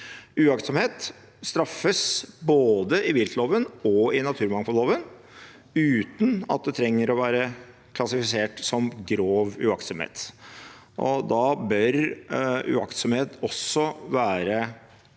Uaktsomhet straffes både i viltloven og i naturmangfoldloven uten at det trenger å være klassifisert som grov uaktsomhet, og da bør uaktsomhet også være